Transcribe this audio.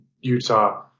Utah